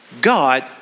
God